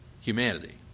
humanity